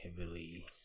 heavily